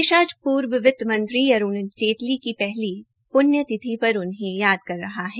देश आज पूर्व वित्त मंत्री अरूण जेतली की पहली पृण्य तिथि पर उन्हें याद कर रहा है